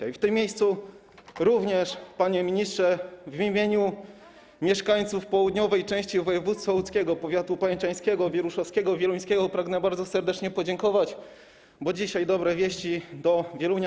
I w tym miejscu również, panie ministrze, w imieniu mieszkańców południowej części województwa łódzkiego, powiatu pajęczańskiego, wieruszowskiego, wieluńskiego pragnę bardzo serdecznie podziękować, bo dzisiaj dobre wieści dopłynęły do Wielunia.